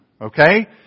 okay